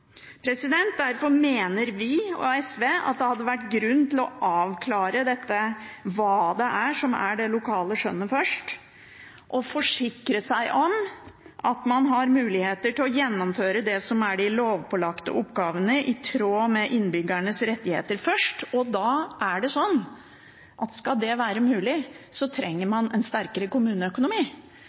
Derfor mener vi i SV at det hadde vært grunn til først å avklare hva som er det lokale skjønnet og forsikre seg om at man har mulighet til å gjennomføre det som er de lovpålagte oppgavene i tråd med innbyggernes rettigheter. Da er det sånn at skal det være mulig, trenger man en sterkere kommuneøkonomi.